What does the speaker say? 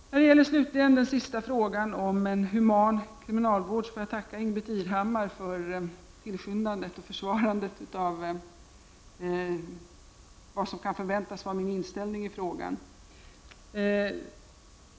Slutligen, när det gäller den sista frågan om en human kriminalvård, får jag tacka Ingbritt Irhammar för tillskyndandet och försvarandet på vad som kan förväntas vara min inställning i den frågan.